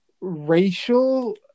racial